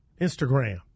Instagram